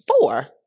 Four